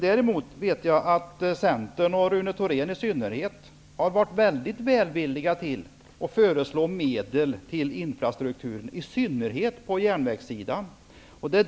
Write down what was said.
Däremot vet jag att Centern och Rune Thorén i synnerhet har varit väldigt välvillig att föreslå medel till infrastrukturen, i synnerhet på järnvägssidan.